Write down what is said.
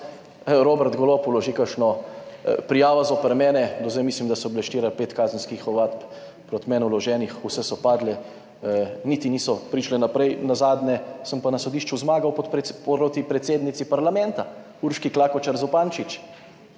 Robert Golob vloži kakšno prijavo zoper mene. Do zdaj mislim, da so bile štiri ali pet kazenskih ovadb proti meni vloženih, vse so padle, niti niso prišle naprej, nazadnje sem pa na sodišču zmagal proti predsednici parlamenta Urški Klakočar Zupančič.